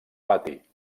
pati